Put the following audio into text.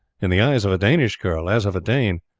in the eyes of a danish girl, as of a dane,